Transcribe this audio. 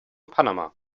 panama